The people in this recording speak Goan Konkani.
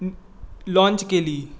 लाँच केली